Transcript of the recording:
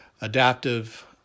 adaptive